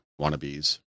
wannabes